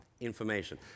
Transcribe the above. information